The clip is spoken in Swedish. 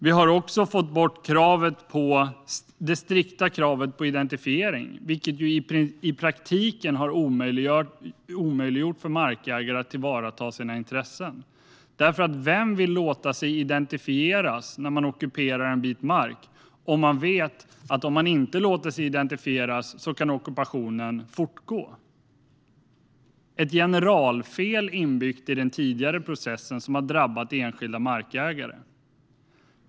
Vi har också fått bort det strikta kravet på identifiering, vilket i praktiken har omöjliggjort för markägare att tillvarata sina intressen. Vem vill låta sig identifieras när man ockuperar en bit mark om man vet att ockupationen kan fortgå om man inte låter sig identifieras? Det var ett generalfel inbyggt i den tidigare processen som har drabbat enskilda markägare.